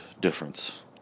difference